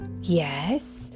Yes